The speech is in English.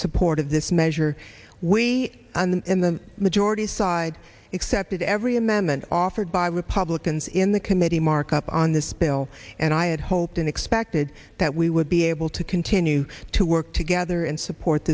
support of this measure we in the majority side excepted every amendment offered by republicans in the committee markup on this bill and i had hoped and expected that we would be able to continue to work together and support